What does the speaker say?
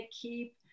keep